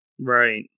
Right